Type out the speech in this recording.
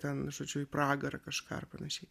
ten žodžiu į pragarą kažką ar panašiai